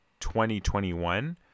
2021